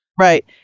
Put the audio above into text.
Right